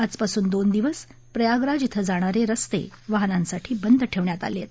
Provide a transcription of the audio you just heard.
आज पासून दोन दिवस प्रयागराज इथं जाणारे रस्ते वाहनांसाठी बंद ठेवण्यात आले आहेत